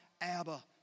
Abba